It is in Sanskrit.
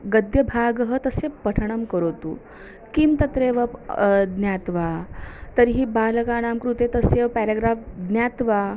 गद्यभागः तस्य पठनं करोतु किं तत्रैव ज्ञात्वा तर्हि बालकानां कृते तस्य पेरेग्राफ़् ज्ञात्वा